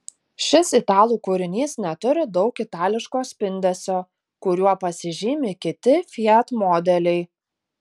šis italų kūrinys neturi daug itališko spindesio kuriuo pasižymi kiti fiat modeliai